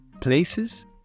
places